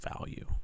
value